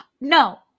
no